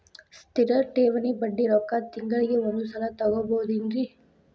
ಸ್ಥಿರ ಠೇವಣಿಯ ಬಡ್ಡಿ ರೊಕ್ಕ ತಿಂಗಳಿಗೆ ಒಂದು ಸಲ ತಗೊಬಹುದೆನ್ರಿ?